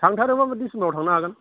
थांथारोब्ला डिसेम्बराव थांनो हागोन